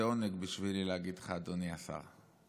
זה עונג בשבילי להגיד לך "אדוני השר",